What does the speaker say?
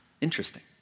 Interesting